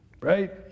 right